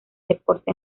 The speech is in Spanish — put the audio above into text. deporte